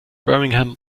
birmingham